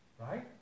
Right